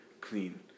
clean